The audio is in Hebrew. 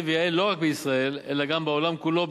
ויעיל לא רק בישראל אלא גם בעולם כולו,